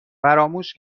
فراموش